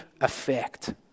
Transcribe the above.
effect